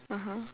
(uh huh)